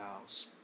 house